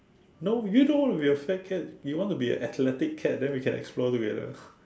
no you don't wanna be a fat cat you want to be a athletic cat then we can explore together